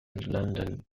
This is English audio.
london